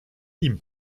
ihm